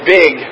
big